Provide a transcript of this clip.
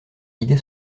idée